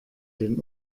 den